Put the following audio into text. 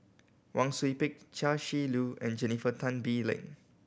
Wang Sui Pick Chia Shi Lu and Jennifer Tan Bee Leng